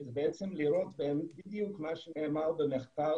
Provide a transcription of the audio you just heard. זה בעצם לראות בדיוק כמו שנאמר במחקר,